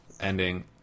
ending